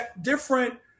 different